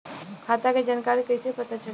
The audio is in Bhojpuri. खाता के जानकारी कइसे पता चली?